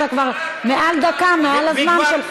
אני בהחלט מודה לך.